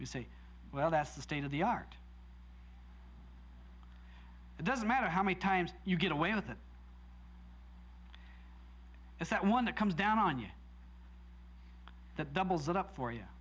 you say well that's the state of the art it doesn't matter how many times you get away with it is that one that comes down on you that the balls up for y